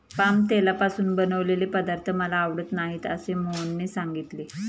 palm तेलापासून बनवलेले पदार्थ मला आवडत नाहीत असे मोहनने सांगितले